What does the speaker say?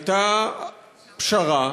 הייתה פשרה,